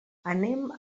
anem